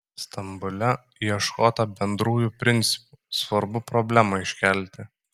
stambule ieškota bendrųjų principų svarbu problemą iškelti